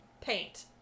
paint